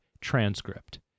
Transcript